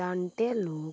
जाणटे लोक